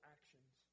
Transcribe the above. Actions